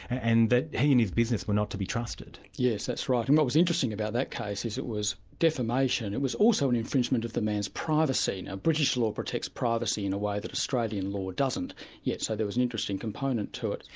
and that he and his business were not to be trusted. yes, that's right, and what as interesting interesting about that case is it was defamation it was also an infringement of the man's privacy. now british law protects privacy in a way that australian law doesn't yet, so there was an interesting component to it.